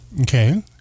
Okay